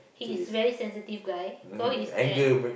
he is very sensitive guy cause his dad